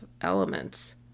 elements